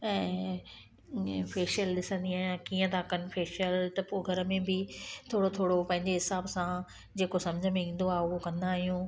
ऐं ईअं फ़ेशल ॾिसंदी आहियां कीअं था कनि फ़ेशल त पोइ घर में बि थोरो थोरो पंहिंजे हिसाब सां जेको सम्झ में ईंदो आहे उहो कंदा आहियूं